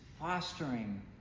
fostering